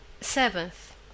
SEVENTH